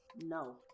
No